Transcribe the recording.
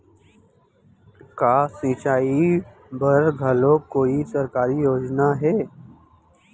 का सिंचाई बर घलो कोई सरकारी योजना हे?